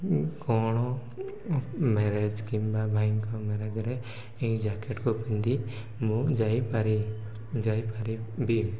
କ'ଣ ମ୍ୟାରେଜ୍ କିମ୍ବା ଭାଇଙ୍କ ମ୍ୟାରେଜ୍ରେ ଏହିଇ ଜ୍ୟାକେଟ୍କୁ ପିନ୍ଧି ମୁଁ ଯାଇପାରି ଯାଇପାରିବି